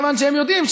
מכיוון שהם יודעים,